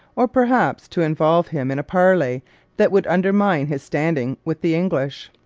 or perhaps to involve him in a parley that would undermine his standing with the english.